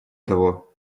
того